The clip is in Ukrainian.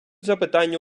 запитання